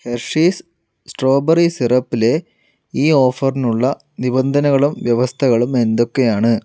Hershey's strawberry സിറപ്പിലെ ഈ ഓഫറിനുള്ള നിബന്ധനകളും വ്യവസ്ഥകളും എന്തൊക്കെയാണ്